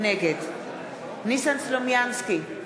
נגד ניסן סלומינסקי,